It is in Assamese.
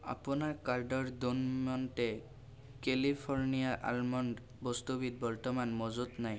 আপোনাৰ কাৰ্টৰ ড'ন মাণ্টে কেলিফ'ৰ্ণিয়া আলমণ্ড বস্তুবিধ বৰ্তমান মজুত নাই